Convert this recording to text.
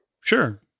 Sure